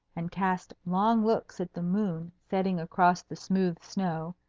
and cast long looks at the moon setting across the smooth snow,